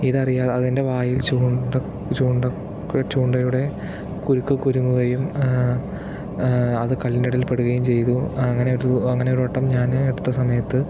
ഇതറിയാതെ അതിൻ്റെ വായിൽ ചൂണ്ട ചൂണ്ടയ്ക്ക് ചൂണ്ടയുടെ കുരുക്ക് കുരുങ്ങുകയും അത് കല്ലിൻ്റെ ഇടയിൽ പെടുകയും ചെയ്തു അങ്ങനെയൊരു അങ്ങനെ ഒരുവട്ടം ഞാൻ എടുത്ത സമയത്ത്